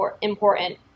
important